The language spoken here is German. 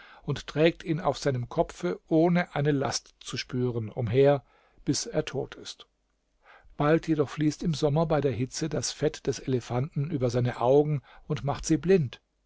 und trägt ihn auf seinem kopfe ohne eine last zu spüren umher bis er tot ist bald jedoch fließt im sommer bei der hitze das fett des elefanten über seine augen und macht sie blind